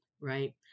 right